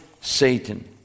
Satan